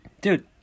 Dude